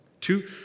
Two